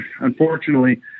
unfortunately